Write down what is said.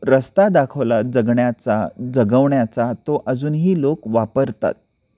रस्ता दाखवला जगण्याचा जगवण्याचा तो अजूनही लोक वापरतात